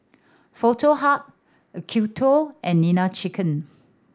Foto Hub Acuto and Nene Chicken